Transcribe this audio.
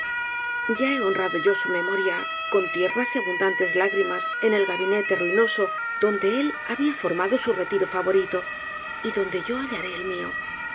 ya he honrado yo su memoria con tiernas y abundantes lágrimas en el gabinete ruinoso donde él había formado su retiro favorito y donde yo hallaré el mió